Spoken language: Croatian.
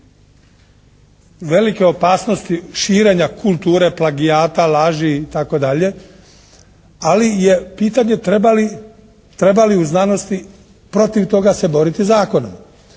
velike opasnosti širenja kulture plagijata, laži itd., ali je pitanje treba li u znanosti protiv toga se boriti zakonom?